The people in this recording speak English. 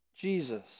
Jesus